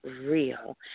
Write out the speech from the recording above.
real